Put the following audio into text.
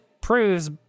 proves